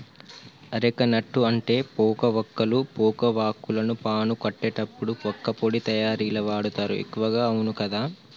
areca nut అంటే పోక వక్కలు, పోక వాక్కులను పాను కట్టేటప్పుడు వక్కపొడి తయారీల వాడుతారు ఎక్కువగా అవును కదా